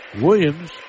Williams